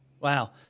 Wow